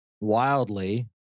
wildly